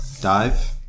Dive